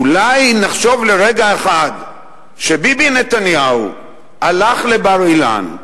אולי נחשוב לרגע אחד שביבי נתניהו הלך לבר-אילן,